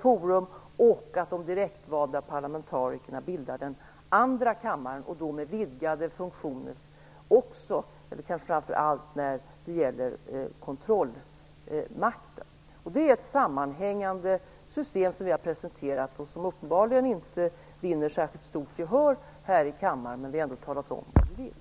forum, och de direktvalda parlamentarikerna bildar den andra kammaren, med vidgade funktioner framför allt när det gäller kontrollmakten. Det är ett sammanhängande system som vi har presenterat och som uppenbarligen inte vinner särskilt stort gehör här i kammaren. Men vi har talat om vad vi vill.